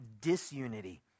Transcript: disunity